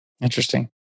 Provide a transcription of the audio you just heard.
Interesting